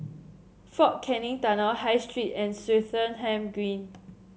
Fort Canning Tunnel High Street and Swettenham Green